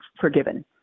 forgiven